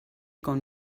con